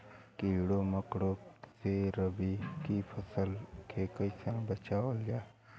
कीड़ों मकोड़ों से रबी की फसल के कइसे बचावल जा?